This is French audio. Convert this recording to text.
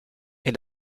est